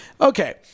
Okay